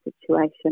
situation